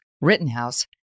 Rittenhouse